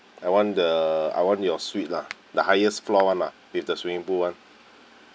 I want the I want your suite lah the highest floor [one] lah with the swimming pool [one]